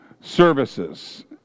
services